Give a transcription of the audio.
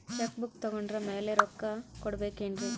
Check book ತೊಗೊಂಡ್ರ ಮ್ಯಾಲೆ ರೊಕ್ಕ ಕೊಡಬೇಕರಿ?